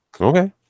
okay